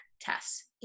tests